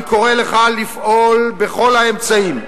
אני קורא לך לפעול בכל האמצעים,